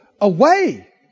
away